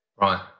Right